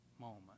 moment